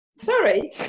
Sorry